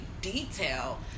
detail